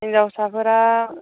हिनजावसाफोरा